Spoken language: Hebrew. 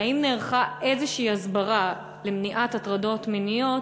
האם נערכה איזו הסברה למניעת הטרדות מיניות